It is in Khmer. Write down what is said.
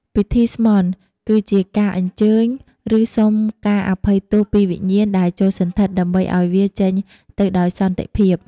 ពិធី "ស្មន់" គឺជាការអញ្ជើញ ឬសុំការអភ័យទោសពីវិញ្ញាណដែលចូលសណ្ឋិត ដើម្បីឲ្យវាចេញទៅដោយសន្តិភាព។